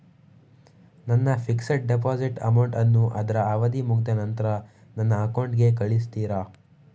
ನನ್ನ fixed deposit amount ಅನ್ನು ಅದ್ರ ಅವಧಿ ಮುಗ್ದ ನಂತ್ರ ನನ್ನ ಅಕೌಂಟ್ ಗೆ ಕಳಿಸ್ತೀರಾ?